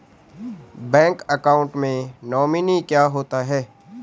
Bank account में nominee क्या होता है?